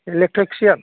electrician